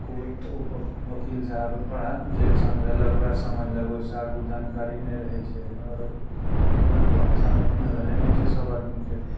court ओ पर वकील साहएब पढ़ा जे समझेलक ओएह समझलक ओहिसँ आगू जानकारी नहि रहै छै आओरो जान पहचान ओतना रहैत नहि छै सब आदमी कऽ